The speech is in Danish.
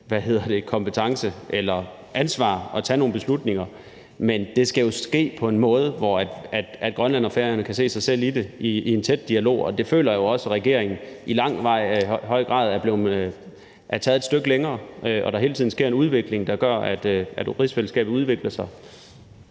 kompetence eller ansvar at tage nogle beslutninger. Men det skal jo ske på en måde, hvor Grønland og Færøerne kan se sig selv i det og i en tæt dialog. Og der føler jeg jo også, at regeringen i høj grad er kommet et stykke længere, og at der hele tiden sker en udvikling, der gør, at rigsfællesskabet udvikler sig.